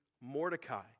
Mordecai